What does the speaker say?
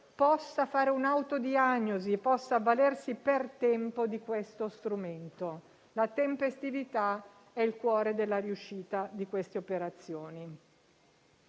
possa fare un'autodiagnosi e avvalersi per tempo di questo strumento. La tempestività è il cuore della riuscita di queste operazioni.